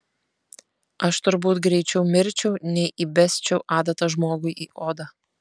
aš turbūt greičiau mirčiau nei įbesčiau adatą žmogui į odą